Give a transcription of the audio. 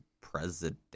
president